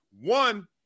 One